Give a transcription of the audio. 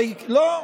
לא,